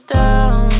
down